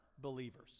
believers